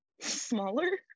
smaller